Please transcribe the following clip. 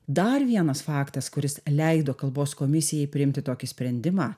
dar vienas faktas kuris leido kalbos komisijai priimti tokį sprendimą